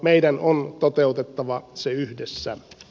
meidän on toteutettava se yhdessä